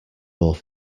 more